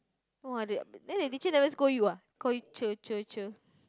!wah! the then the teacher never scold you ah call you cher cher cher